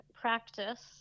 practice